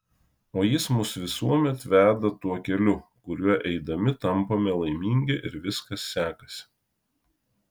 o jis mus visuomet veda tuo keliu kuriuo eidami tampame laimingi ir viskas sekasi